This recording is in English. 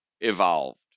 evolved